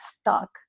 stuck